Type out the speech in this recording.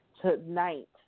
tonight